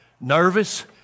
nervous